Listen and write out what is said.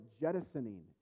jettisoning